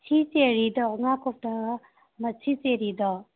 ꯁꯤ ꯆꯦꯔꯤꯗꯣ ꯉꯥ ꯀꯧꯇꯥ ꯑꯃ ꯁꯤ ꯆꯦꯔꯤꯗꯣ